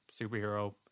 superhero